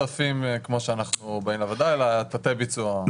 אני אשמח לראות אחר כך תשלחו לנו לכאן את הפריסה שלכם,